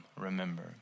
Remember